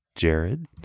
Jared